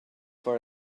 for